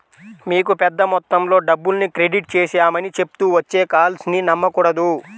మీకు పెద్ద మొత్తంలో డబ్బుల్ని క్రెడిట్ చేశామని చెప్తూ వచ్చే కాల్స్ ని నమ్మకూడదు